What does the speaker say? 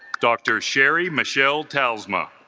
dr. sherry michelle tellsma